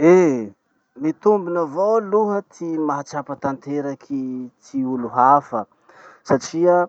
Eh! Mitombina avao aloha ty mahatsapa tanteraky ty olo hafa satria